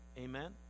Amen